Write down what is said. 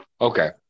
okay